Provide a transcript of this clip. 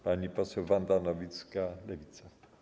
Pani poseł Wanda Nowicka, Lewica.